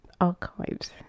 archives